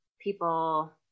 people